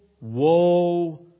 woe